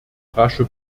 rasche